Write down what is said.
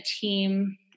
team